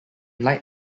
light